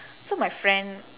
so my friend